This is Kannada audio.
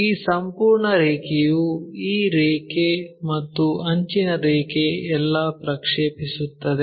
ಈ ಸಂಪೂರ್ಣ ರೇಖೆಯು ಈ ರೇಖೆ ಮತ್ತು ಅಂಚಿನ ರೇಖೆ ಎಲ್ಲಾ ಪ್ರಕ್ಷೇಪಿಸುತ್ತದೆ